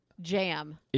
jam